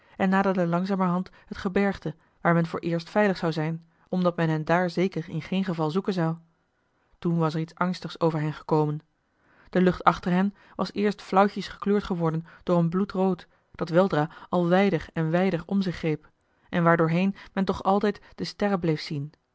ruijter langzamerhand het gebergte waar men vooreerst veilig zou zijn omdat men hen daar zeker in geen geval zoeken zou toen was er iets angstigs over hen gekomen de lucht achter hen was eerst flauwtjes gekleurd geworden door een bloedrood dat weldra al wijder en wijder om zich greep en waar door heen men toch altijd de sterren bleef zien